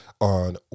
On